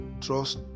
trust